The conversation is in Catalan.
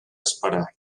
esperar